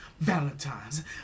Valentine's